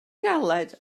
galed